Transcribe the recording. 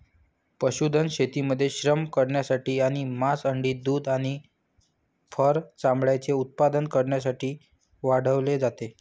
पशुधन शेतीमध्ये श्रम करण्यासाठी आणि मांस, अंडी, दूध आणि फर चामड्याचे उत्पादन करण्यासाठी वाढवले जाते